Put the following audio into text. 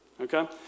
okay